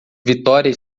vitória